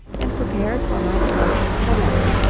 and prepared for my departure for london.